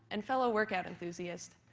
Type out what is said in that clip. and fellow workout enthusiast,